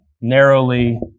Narrowly